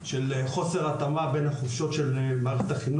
החופשות של מערכת החינוך לבין החופשות במשק,